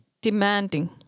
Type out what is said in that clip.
demanding